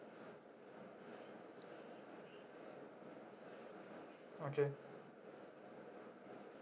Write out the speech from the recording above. okay